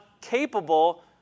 capable